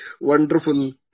wonderful